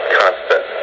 constant